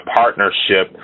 partnership